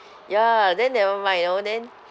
ya then never mind you know then